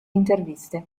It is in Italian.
interviste